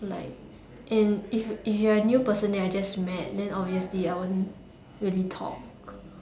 like and if if you are a new person that I just met then I obviously I won't really talk